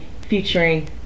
featuring